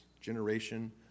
generation